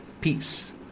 peace